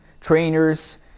Trainers